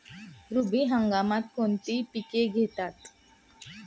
रब्बी हंगामात कोणती पिके घेतात?